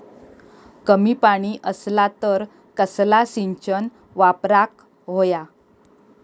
कमी पाणी असला तर कसला सिंचन वापराक होया?